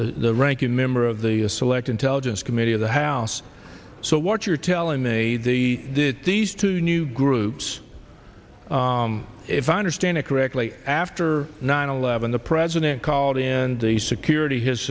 the ranking member of the select intelligence committee of the house so what you're telling me the these two new groups if i understand it correctly after nine eleven the president called in the security h